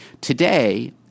Today